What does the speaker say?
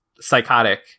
psychotic